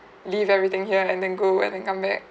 leave everything here and then go and then come back